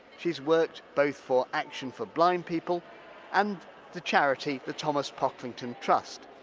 she's worked both for action for blind people and the charity the thomas pocklington trust.